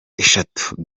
eshatu